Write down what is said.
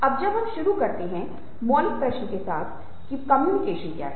अब हम शुरू करते हैं मौलिक प्रश्न के साथ कि कम्युनिकेशन क्या है